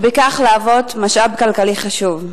ובכך להוות משאב כלכלי חשוב.